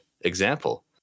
Example